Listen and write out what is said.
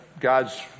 God's